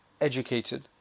educated